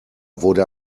wurde